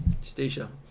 Stacia